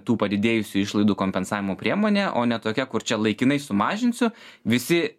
tų padidėjusių išlaidų kompensavimo priemonė o ne tokia kur čia laikinai sumažinsiu visi